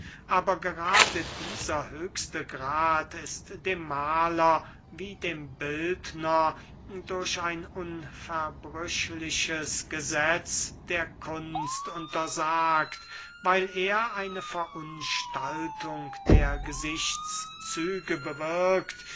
aber gerade dieser höchste grad ist dem mahler wie dem bildner durch ein unverbrüchliches gesetz der kunst untersagt weil er eine verunstaltung der gesichtszüge bewirkt